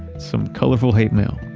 some colorful hate mail.